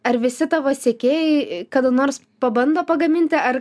ar visi tavo sekėjai kada nors pabando pagaminti ar